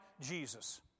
Jesus